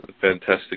fantastic